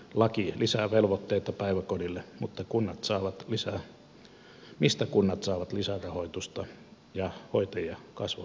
laki lisää velvoitteita päiväkodille mutta mistä kunnat saavat lisärahoitusta ja hoito ja kasvu